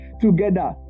together